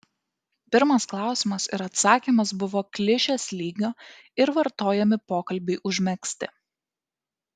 pirmas klausimas ir atsakymas buvo klišės lygio ir vartojami pokalbiui užmegzti